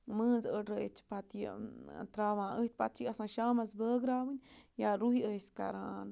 مٲنٛز أڑرٲیِتھ چھِ پَتہٕ یہِ ترٛاوان أتھۍ پَتہٕ چھِ یہِ آسان شامَس بٲگراوٕنۍ یا رُہہِ ٲسۍ کَران